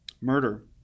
murder